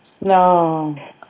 No